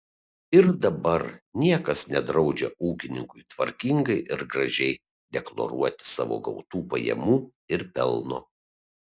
ir dabar niekas nedraudžia ūkininkui tvarkingai ir gražiai deklaruoti savo gautų pajamų ir pelno